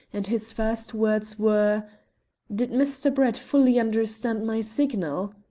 and his first words were did mr. brett fully understand my signal?